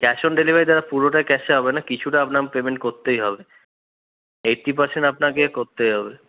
cash on delivery দাদা পুরোটা ক্যাশে হবে না কিছুটা আপনার পেমেন্ট করতেই হবে এইট্টি পারসেন্ট আপনাকে করতেই হবে